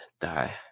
die